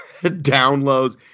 downloads